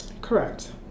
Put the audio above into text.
Correct